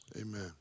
Amen